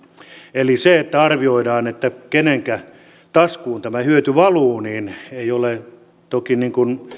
eli kun arvioidaan kenenkä taskuun tämä hyöty valuu niin ei ole toki